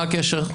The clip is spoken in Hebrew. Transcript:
מה הקשר?